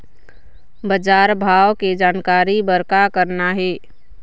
बजार भाव के जानकारी बर का करना हे?